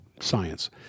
science